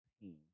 pain